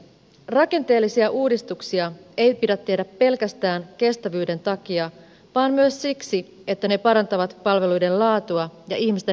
rakenteellisia uudistuksia ei pidä tehdä pelkästään kestävyyden takia vaan myös siksi että ne parantavat palveluiden laatua ja ihmisten hyvinvointia